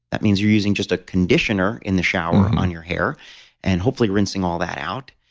that means you're using just a conditioner in the shower on your hair and, hopefully, rinsing all that out,